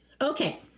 Okay